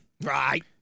Right